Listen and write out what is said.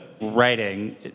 writing